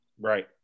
Right